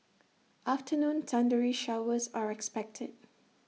afternoon thundery showers are expected